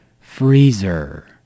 freezer